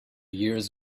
years